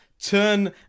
turn